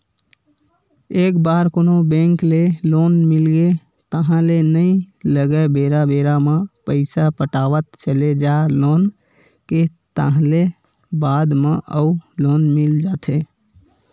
एक बार कोनो बेंक ले लोन मिलगे ताहले नइ लगय बेरा बेरा म पइसा पटावत चले जा लोन के ताहले बाद म अउ लोन मिल जाथे